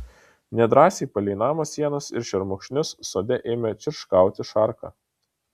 nedrąsiai palei namo sienas ir šermukšnius sode ėmė čirškauti šarka